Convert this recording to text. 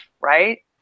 right